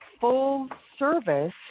full-service